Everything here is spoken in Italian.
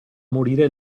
morire